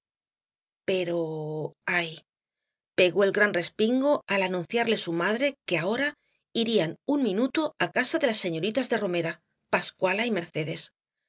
pero ay pegó el gran respingo al anunciarle su madre que ahora irían un minuto á casa de las señoritas de romera pascuala y mercedes